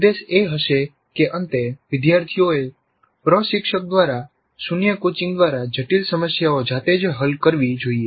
ઉદ્દેશ એ હશે કે અંતે વિદ્યાર્થીઓએ પ્રશિક્ષક દ્વારા શૂન્ય કોચિંગ દ્વારા જટિલ સમસ્યાઓ જાતે જ હલ કરવી જોઈએ